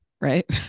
right